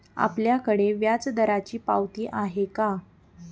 आपल्याकडे व्याजदराची पावती आहे का?